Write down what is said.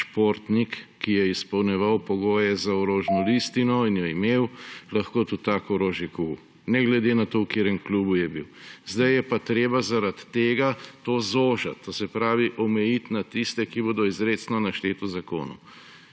športnik, ki je izpolnjeval pogoje za orožno listino in jo imel, lahko tudi tako orožje kupil, ne glede na to, v katerem klubu je bil. Zdaj je pa treba zaradi tega to zožiti. To se pravi, omejiti na tiste, ki bodo izrecno našteti v zakonu.